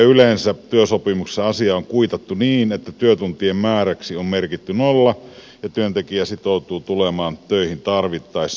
yleensä työsopimuksessa asia on kuitattu niin että työtuntien määräksi on merkitty nolla ja työntekijä sitoutuu tulemaan töihin tarvittaessa